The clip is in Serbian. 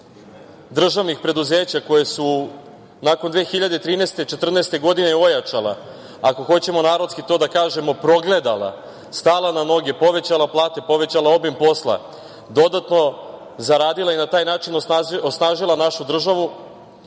državnih preduzeća koja su nakon 2013. i 2014. godine ojačala, ako hoćemo narodski to da kažemo progledala, stala na noge, povećala plate, povećala obim posla, dodatno zaradila i na taj način osnažila našu državu,